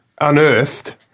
unearthed